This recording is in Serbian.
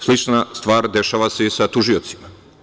Slična stvar dešava se i sa tužiocima.